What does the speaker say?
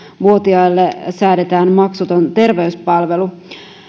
vuotiaille säädetään maksuton terveyspalvelu